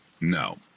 no